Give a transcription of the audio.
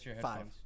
Five